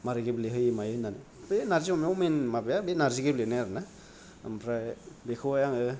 मारै गेब्लेहोयो मायो होननानै बे नारजि अमायाव मेइन माबाया बे नारजि गेब्लेनाय आरोना ओमफ्राय बेखौहाय आङो